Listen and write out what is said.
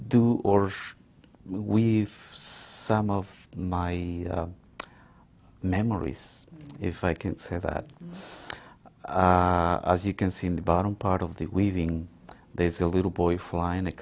should we some of my memories if i can say that i was you can seem to bottom part of the weaving they feel a little boy flying a